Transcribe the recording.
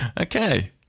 Okay